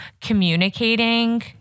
communicating